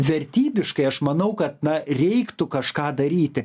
vertybiškai aš manau kad na reiktų kažką daryti